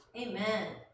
Amen